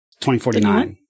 2049